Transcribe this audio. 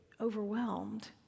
overwhelmed